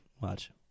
Watch